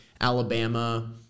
Alabama